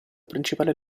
principale